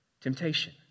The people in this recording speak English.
Temptation